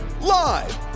Live